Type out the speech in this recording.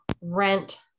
rent